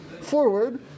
forward